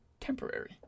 temporary